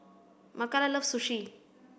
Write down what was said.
Makala love Sushi